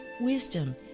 wisdom